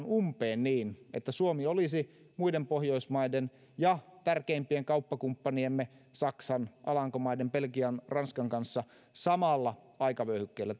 umpeen niin että suomi olisi muiden pohjoismaiden ja tärkeimpien kauppakumppaniemme saksan alankomaiden belgian ja ranskan kanssa samalla aikavyöhykkeellä